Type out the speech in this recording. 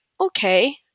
okay